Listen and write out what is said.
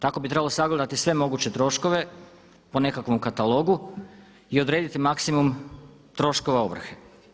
Tako bi trebalo sagledati sve moguće troškove po nekakvom katalogu i odrediti maksimum troškova ovrhe.